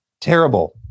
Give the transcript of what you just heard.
Terrible